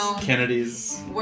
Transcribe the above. Kennedys